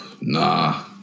nah